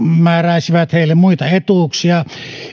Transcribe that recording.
määräisivät heille muita etuuksia